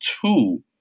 Two